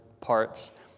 parts